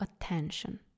attention